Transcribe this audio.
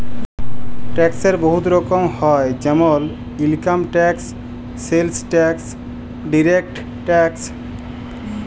ট্যাক্সের বহুত রকম হ্যয় যেমল income tax, sales tax, direct tax